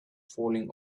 falling